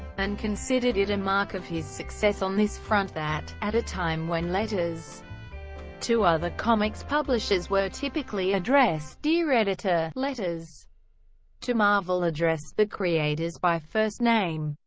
and considered it a mark of his success on this front that, at a time when letters to other comics publishers were typically addressed dear editor, letters to marvel addressed the creators by first name.